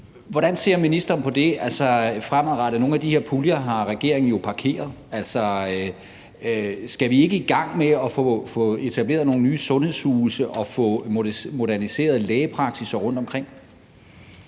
Hvordan ser ministeren på det fremadrettet? Nogle af de her puljer har regeringen jo parkeret. Skal vi ikke i gang med at få etableret nogle nye sundhedshuse og få moderniseret lægepraksisser rundtom i